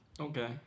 Okay